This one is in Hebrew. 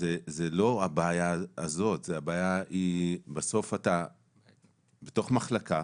זו לא הבעיה הזו, הבעיה היא שבסוף אתה בתוך מחלקה,